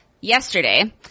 yesterday